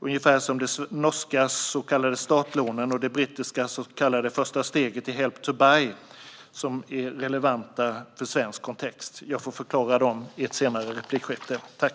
ungefär som de norska så kallade startlånen och det brittiska så kallade första steget i Help to Buy, och dessa är relevanta för svensk kontext. Jag får förklara lite mer om dem i ett replikskifte senare.